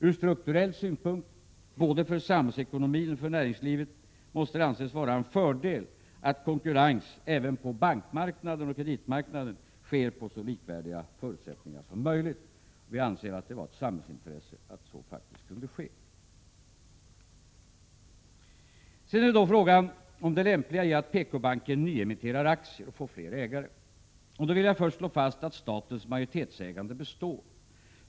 Ur strukturell synpunkt — både för samhällsekonomin och för näringslivet — måste det anses vara en fördel att konkurrens även på bankmarknaden och kreditmarknaden sker med så likvärdiga förutsättningar som möjligt. Vi anser att det är ett samhällsintresse att så faktiskt kunde ske. Sedan gäller det frågan om det lämpliga i att PKbanken nyemitterar aktier och får fler ägare. Då vill jag först slå fast att statens majoritetsägande består.